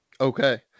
okay